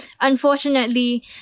Unfortunately